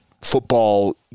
football